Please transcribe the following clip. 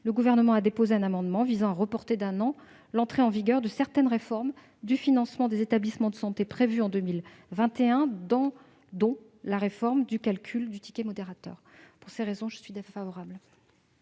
le Gouvernement a déposé un amendement visant à reporter d'un an l'entrée en vigueur de certaines réformes du financement des établissements de santé, prévues en 2021, dont la réforme du calcul du ticket modérateur. Pour toutes ces raisons, le Gouvernement